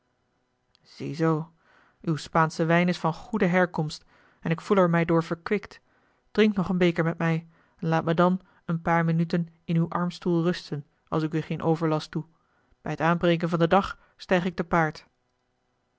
ziezoo uw spaansche wijn is van goede herkomst en ik voel er mij door verkwikt drink nog een beker met mij en laat me dan een paar minuten in uw armstoel rusten als ik u geen overlast doe bij t aanbreken van den dag stijg ik te paard